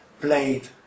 played